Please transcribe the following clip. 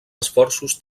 esforços